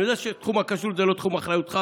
אני יודע שתחום הכשרות הוא לא תחום אחריותך.